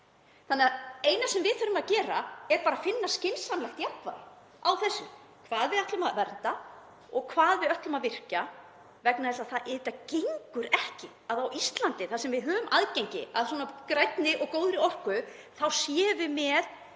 Það eina sem við þurfum að gera er að finna skynsamlegt jafnvægi á þessu, hvað við ætlum að vernda og hvað við ætlum að virkja vegna þess að það gengur ekki að á Íslandi, þar sem við höfum aðgengi að grænni og góðri orku, séum við með